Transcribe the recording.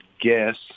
guess